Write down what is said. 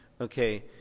Okay